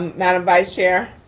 madam vice chair.